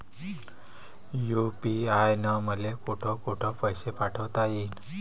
UPI न मले कोठ कोठ पैसे पाठवता येईन?